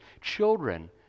children